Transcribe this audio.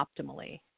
optimally